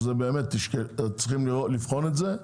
שצריכים לבחון את זה,